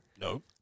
No